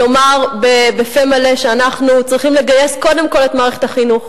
לומר בפה מלא שאנחנו צריכים לגייס קודם כול את מערכת החינוך,